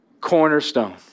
Cornerstone